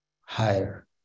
higher